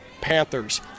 Panthers